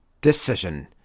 Decision